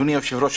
אדוני היושב-ראש,